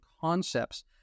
concepts